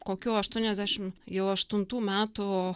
kokių aštuoniasdešim jau aštuntų metų